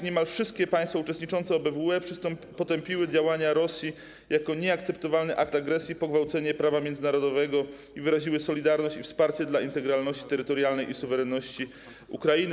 Niemal wszystkie państwa uczestniczące w OBWE potępiły działania Rosji jako nieakceptowalny akt agresji, pogwałcenie prawa międzynarodowego i wyraziły solidarność i wsparcie dla integralności terytorialnej i suwerenności Ukrainy.